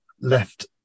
left